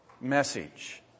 message